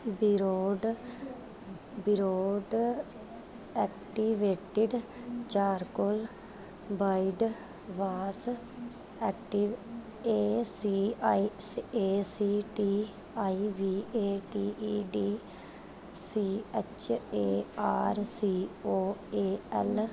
ਬਿਰਡੋ ਬਿਰਡੋ activated charcoal body wash active A C I A C T I V A T E D C H A R C O A L